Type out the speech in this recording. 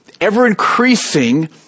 ever-increasing